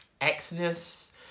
Exodus